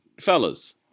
fellas